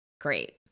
Great